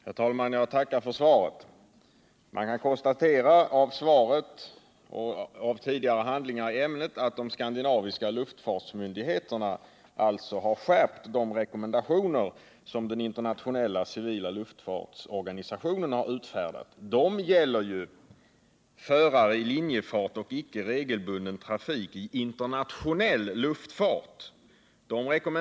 Herr talman! Jag tackar för svaret. Man kan av svaret och av tidigare handlingar i ämnet konstatera att de skandinaviska luftfartsmyndigheterna har skärpt de rekommendationer som den internationella civila luftfartens organisationer har utfärdat. Dessa rekommendationer gäller ju förare i linjefart och icke regelbunden trafik i internationell luftfart.